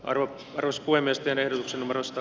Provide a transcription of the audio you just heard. arvio perustui miesten eduksi numerosta